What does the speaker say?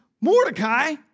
Mordecai